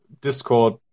Discord